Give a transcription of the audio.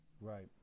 right